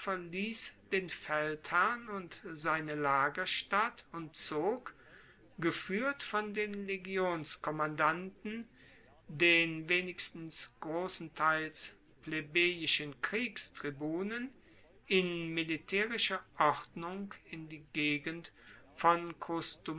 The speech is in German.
den feldherrn und seine lagerstatt und zog gefuehrt von den legionskommandanten den wenigstens grossenteils plebejischen kriegstribunen in militaerischer ordnung in die gegend von